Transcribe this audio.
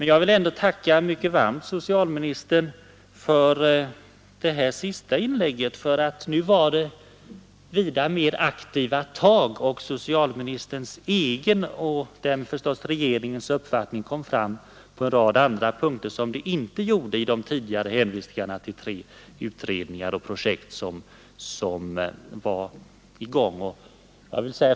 Jag vill ändå mycket varmt tacka socialministern för det senaste inlägget, för nu var det vida mer aktiva tag. Socialministerns egen och därmed givetvis regeringens uppfattning kom fram på en rad andra punkter på ett sätt som inte var fallet i de tidigare hänvisningarna till pågående utredningar och projekt.